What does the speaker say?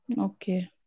Okay